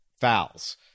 fouls